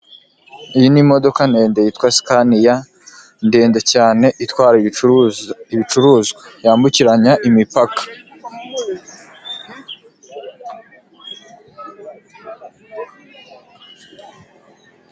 Iyi ni imodoka ndende yitwa sikaniya, ndende cyane, itwara ibicuruzwa yambukiranya imipaka.